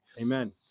Amen